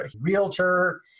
realtor